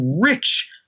rich